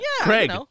Craig